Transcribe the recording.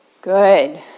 Good